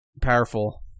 powerful